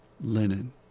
linen